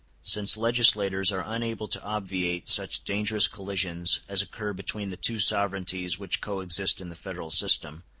since legislators are unable to obviate such dangerous collisions as occur between the two sovereignties which coexist in the federal system,